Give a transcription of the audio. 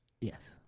yes